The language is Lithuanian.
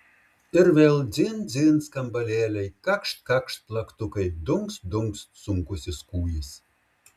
ir vėl dzin dzin skambalėliai kakšt kakšt plaktukai dunkst dunkst sunkusis kūjis